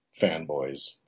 fanboys